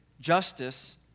justice